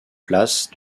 place